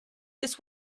this